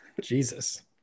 jesus